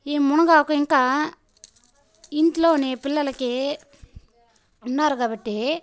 ఈ మునగాకు ఇంకా ఇంట్లో పిల్లలకి ఉన్నారు కాబట్టి